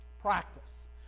Practice